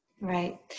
Right